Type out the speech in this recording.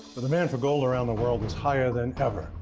the demand for gold around the world is higher than ever.